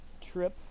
trip